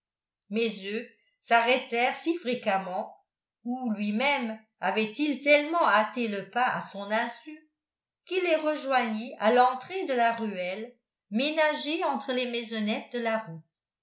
mais eux s'arrêtèrent si fréquemment ou lui-même avait-il tellement hâté le pas à son insu qu'il les rejoignit à l'entrée de la ruelle ménagée entre les maisonnettes de la route